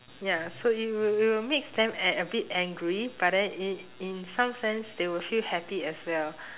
ya so it will it will makes them an~ a bit angry but then in in some sense they will feel happy as well